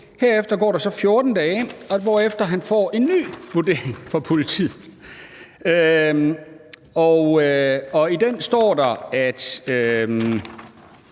Herefter går der så 14 dage, hvorefter han får en ny vurdering fra politiet, og i den står der, at